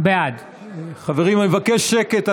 בעד חברים, אני מבקש שקט.